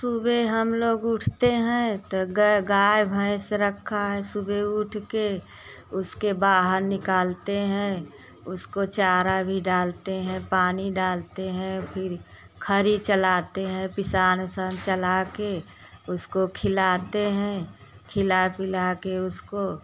सुबह हम लोग उठते हैं तो ग गाय भैंस रखा है सुबह उठ कर उसके बाहर निकालते हैं उसको चारा भी डालते हैं पानी डालते हैं फिर खरी चलाते हैं पिसान विसान चला कर उसको खिलाते हैं खिला पिला कर उसको